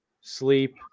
sleep